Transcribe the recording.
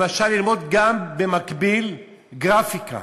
למשל, ללמוד במקביל גם גרפיקה.